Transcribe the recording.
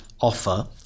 offer